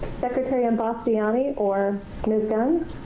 secretary imbasciani or miss gunn?